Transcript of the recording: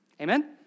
Amen